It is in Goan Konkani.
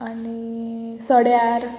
आनी सड्यार